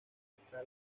está